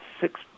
six